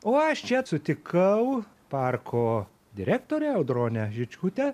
o aš čia sutikau parko direktorę audronę žičkutę